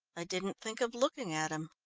i didn't think of looking at him.